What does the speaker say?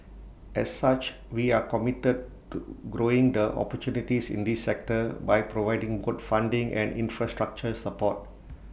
as such we are committed to growing the opportunities in this sector by providing both funding and infrastructure support